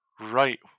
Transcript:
Right